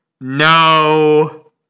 No